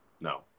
No